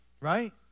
Right